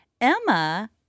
Emma